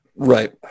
Right